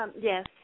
yes